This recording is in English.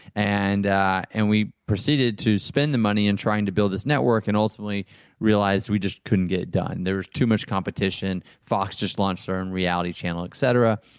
and ah and we proceeded to spend the money in trying to build this network, and ultimately realized we just couldn't get it done. there's too much competition, fox just launched their own reality channel etc,